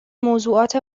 موضوعات